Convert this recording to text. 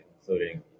including